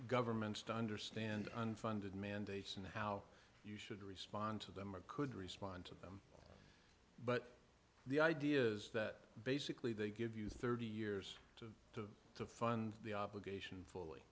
governments to understand unfunded mandates and how we should respond to them or could respond to them but the idea is that basically they give you thirty years to fund the obligation fully